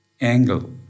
angle